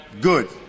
Good